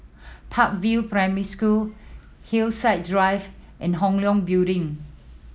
Park View Primary School Hillside Drive and Hong Leong Building